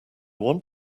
want